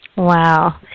Wow